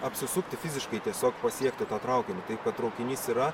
apsisukti fiziškai tiesiog pasiekti tą traukinį taip kad traukinys yra